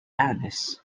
honest